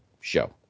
show